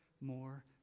more